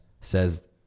says